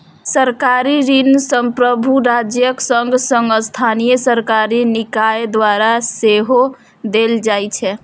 सरकारी ऋण संप्रभु राज्यक संग संग स्थानीय सरकारी निकाय द्वारा सेहो देल जाइ छै